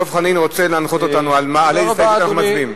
דב חנין רוצה להנחות אותנו על איזו הסתייגות אנחנו מצביעים.